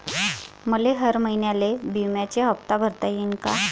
मले हर महिन्याले बिम्याचा हप्ता भरता येईन का?